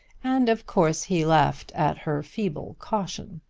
and of course he laughed at her feeble caution.